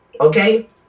okay